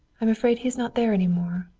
i'm afraid he is not there any more.